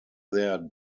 their